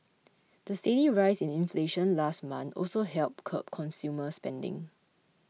the steady rise in inflation last month also helped curb consumer spending